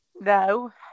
No